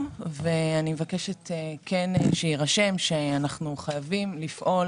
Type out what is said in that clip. ואני מבקשת שיירשם שאנחנו חייבים לפעול